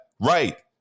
right